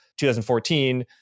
2014